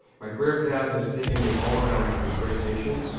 my career path has taken me all around this great nation,